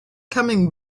coming